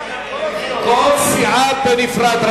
כל סיעה בנפרד.